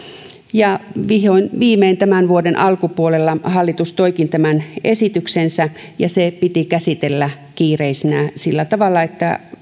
ja vihdoin viimein tämän vuoden alkupuolella hallitus toikin tämän esityksensä ja se piti käsitellä kiireisenä sillä tavalla että